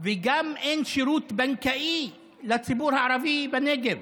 וגם אין שירות בנקאי לציבור הערבי בנגב.